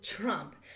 Trump